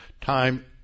time